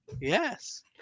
yes